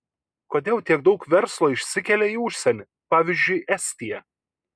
kodėl tiek daug verslo išsikelia į užsienį pavyzdžiui estiją